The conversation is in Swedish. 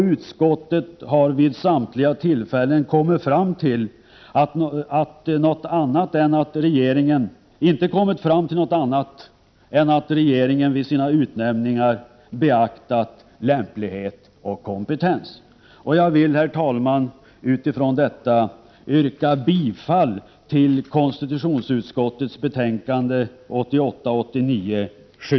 Utskottet har vid samtliga tillfällen inte kommit fram till något annat än att regeringen vid sina utnämningar beaktat lämplighet och kompetens. Herr talman! Jag yrkar bifall till konstitutionsutskottets hemställan i betänkande 1988/89:7.